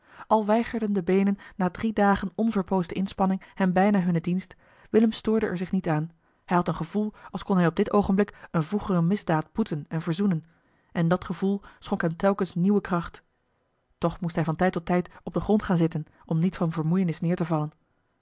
al weigerden de beenen na drie dagen onverpoosde inspanning hem bijna hunnen dienst willem stoorde er zich niet aan hij had een gevoel als kon hij op dit oogenblik eene vroegere misdaad boeten en verzoenen en dat gevoel schonk hem telkens nieuwe kracht toch moest hij van tijd tot tijd op den grond gaan zitten om niet van vermoeienis neer te vallen